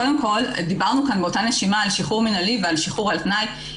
קודם כל דיברנו כאן באותה נשימה על שחרור מינהלי ושחרור על תנאי,